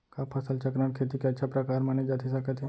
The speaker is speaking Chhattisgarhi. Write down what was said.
का फसल चक्रण, खेती के अच्छा प्रकार माने जाथे सकत हे?